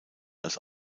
als